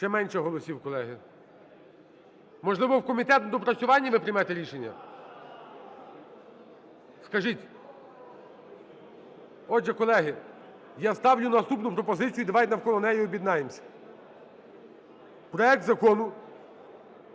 Ще менше голосів, колеги. Можливо, в комітет на доопрацювання ви приймете рішення? Скажіть. Отже, колеги, я ставлю наступну пропозицію і давайте навколо неї об'єднаємося. Проект Закону